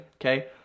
Okay